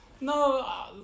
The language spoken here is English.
No